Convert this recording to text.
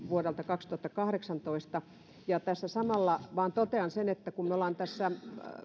vuodelta kaksituhattakahdeksantoista tässä samalla vain totean sen että kun me olemme tässä